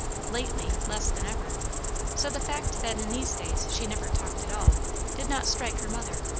lately less than ever so the fact that in these days she never talked at all did not strike her mother.